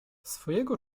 swojego